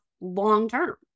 long-term